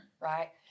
right